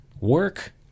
Work